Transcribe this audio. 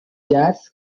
jazz